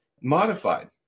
modified